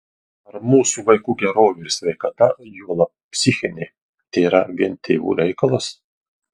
ar mūsų vaikų gerovė ir sveikata juolab psichinė tėra vien tėvų reikalas